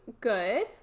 good